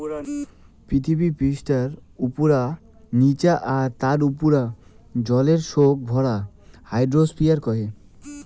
পিথীবি পিষ্ঠার উপুরা, নিচা আর তার উপুরার জলের সৌগ ভরক হাইড্রোস্ফিয়ার কয়